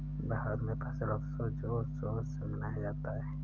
भारत में फसल उत्सव जोर शोर से मनाया जाता है